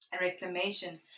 reclamation